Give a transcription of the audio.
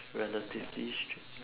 relatively straight